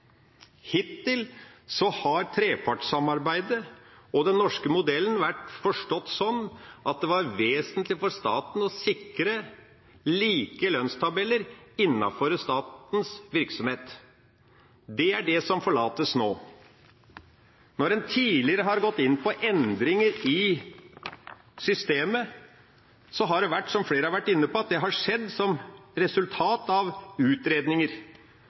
Hittil har trepartssamarbeidet og den norske modellen vært forstått sånn at det var vesentlig for staten å sikre like lønnstabeller innenfor statens virksomhet. Det er det som forlates nå. Når en tidligere har gått inn på endringer i systemet, har det – som flere har vært inne på – skjedd som resultat av utredninger.